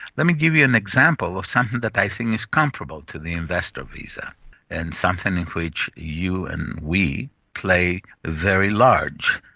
let me give you an example of something that i think is comparable to the investor visa and something which you and we play very large,